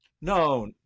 No